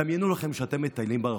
דמיינו לכם שאתם מטיילים ברחוב,